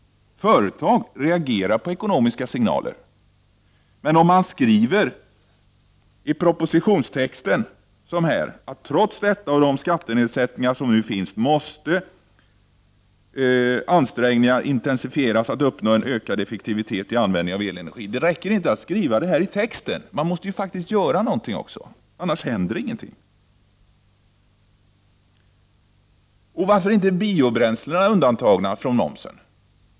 Företag reagerar på ekonomiska signaler. Men om man skriver i en propositionstext, att trots de skattenedsättningar som nu finns, måste ansträngningar intensifieras för att uppnå en ökad effektivitet i användningen av elenergi, så räcker det inte. Man måste faktiskt göra någonting också, annars händer ingenting. Varför är inte biobränslena undantagna från momsen?